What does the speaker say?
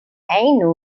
ainu